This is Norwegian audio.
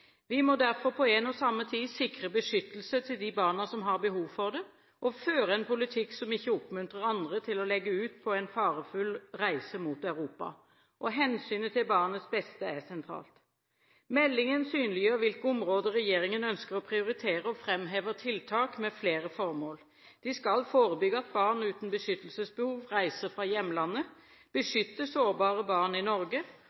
Vi må derfor på en og samme tid sikre beskyttelse til de barna som har behov for det, og føre en politikk som ikke oppmuntrer andre til å legge ut på en farefull reise mot Europa. Hensynet til barnets beste er sentralt. Meldingen synliggjør hvilke områder regjeringen ønsker å prioritere, og framhever tiltak med flere formål: De skal forebygge at barn uten beskyttelsesbehov reiser fra hjemlandet, beskytte sårbare barn i Norge